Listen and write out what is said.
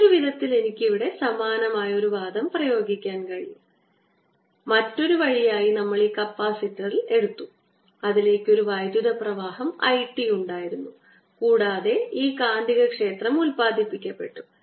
മറ്റൊരു വിധത്തിൽ എനിക്ക് ഇവിടെ സമാനമായ ഒരു വാദം പ്രയോഗിക്കാൻ കഴിയും മറ്റൊരു വഴി ആയി നമ്മൾ ഈ കപ്പാസിറ്റർ എടുത്തു അതിലേക്ക് ഒരു വൈദ്യുത പ്രവാഹം I t ഉണ്ടായിരുന്നു കൂടാതെ ഈ കാന്തികക്ഷേത്രം ഉത്പാദിപ്പിക്കപ്പെട്ടു